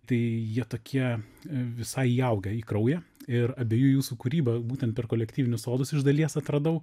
tai jie tokie visai įaugę į kraują ir abiejų jūsų kūrybą būtent per kolektyvinius sodus iš dalies atradau